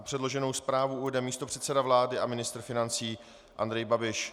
Předloženou zprávu uvede místopředseda vlády a ministr financí Andrej Babiš.